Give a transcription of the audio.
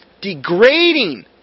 degrading